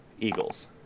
Eagles